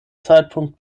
zeitpunkt